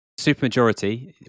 supermajority